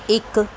ਇੱਕ